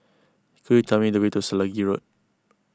could you tell me the way to Selegie Road